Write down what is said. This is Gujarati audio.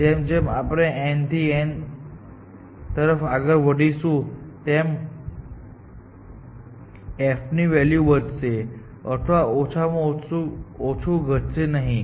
જેમ જેમ આપણે nl થી nl 1 થી n તરફ આગળ વધીશું તેમ તેમ f વેલ્યુ વધશે અથવા ઓછામાં ઓછું ઘટશે નહીં